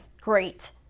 great